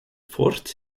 fort